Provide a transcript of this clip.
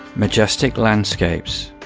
majestic landscapes.